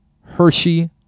Hershey